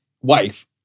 wife